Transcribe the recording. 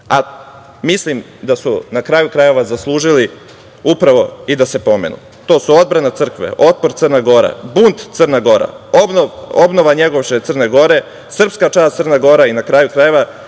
Mislim da su na kraju krajeva zaslužili upravo i da se pomenu. To su Odbrana crkve, Otpor Crna Gora, Bunt Crna Gora, Obnova Njegoševe Crne Gore, Srpska čast Crne Gore i, na kraju krajeva,